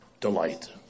delight